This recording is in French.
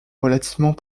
relativement